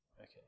Okay